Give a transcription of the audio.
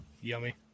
Yummy